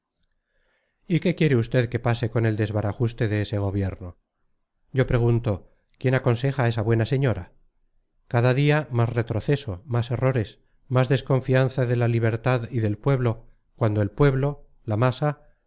y qué quiere usted que pase con el desbarajuste de ese gobierno yo pregunto quién aconseja a esa buena señora cada día más retroceso más errores más desconfianza de la libertad y del pueblo cuando el pueblo la masa